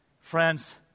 friends